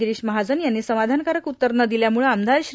गिरीश महाजन यांनी समाधानकारक उत्तर न दिल्यामुळं आमदार श्री